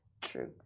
True